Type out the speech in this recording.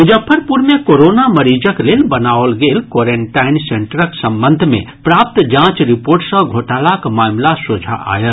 मुजफ्फरपुर मे कोरोना मरीजक लेल बनाओल गेल कोरेन्टाईन सेंटरक संबंध मे प्राप्त जांच रिपोर्ट सँ घोटालाक मामिला सोझा आयल